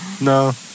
no